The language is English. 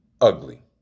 ugly